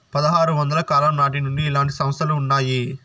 పదహారు వందల కాలం నాటి నుండి ఇలాంటి సంస్థలు ఉన్నాయి